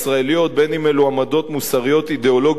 בין שאלה עמדות מוסריות-אידיאולוגיות ובין שאלה